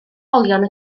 olion